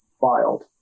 filed